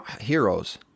Heroes